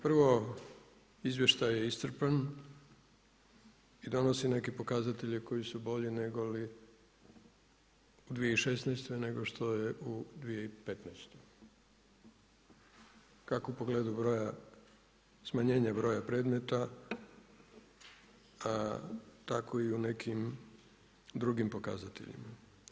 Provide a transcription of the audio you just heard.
Prvo izvještaj je iscrpan i donosi neke pokazatelje koji su bolji negoli u 2016. nego što je u 2015. kako u pogledu broja, smanjenja broja predmeta, tako i u nekim drugim pokazateljima.